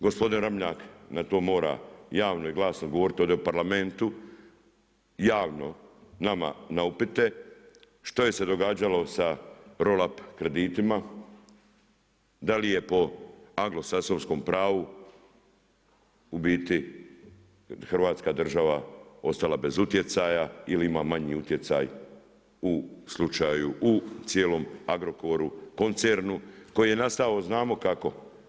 Gospodin Ramljak na to mora javno i glasno govoriti ovdje u Parlamentu, javno nama na upite što se događalo sa roll up kreditima, da li je po anglosaksonskom pravu u biti hrvatska država ostala bez utjecaja ili ima manji utjecaj u cijelom Agrokoru, koncernu koji je nastao znamo kako.